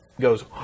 goes